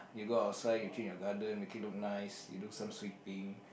you go outside you change your garden make it look nice you do some sweeping